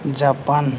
Japan